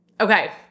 Okay